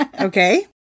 Okay